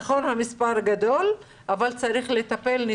נכון, המספר גדול אבל צריך לטפל נקודתית.